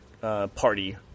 party